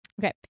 Okay